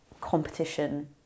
competition